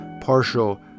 partial